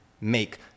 make